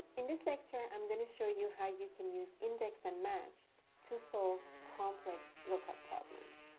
in this lecture, i'm going to show you how you can use index and match to solve complex lookup problems.